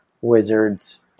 wizards